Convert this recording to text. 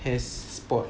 has spot